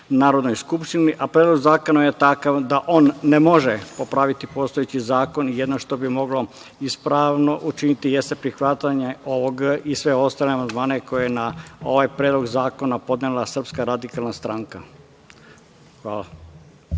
a Predlog zakona je takav da on ne može popraviti postojeći zakon. Jedino što bi moglo ispravno učiniti jeste prihvatanje ovog i svih ostalih amandmana koje je na ovaj predlog zakona podnela SRS. Hvala.